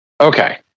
Okay